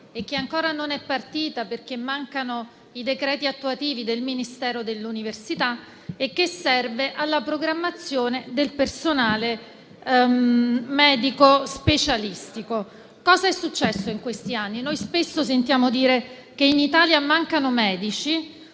che ancora non è partita, perché mancano i decreti attuativi del Ministero dell'università, e che serve alla programmazione del personale medico specialistico. Cosa è successo in questi anni? Noi spesso sentiamo dire che in Italia mancano medici,